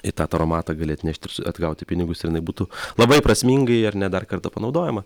į tą taromatą gali atnešt ir atgauti pinigus ir jinai būtų labai prasmingai ar ne dar kartą panaudojama